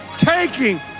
Taking